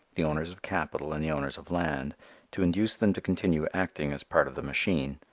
the owners of capital and the owners of land to induce them to continue acting as part of the machine.